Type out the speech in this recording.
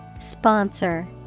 Sponsor